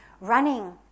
running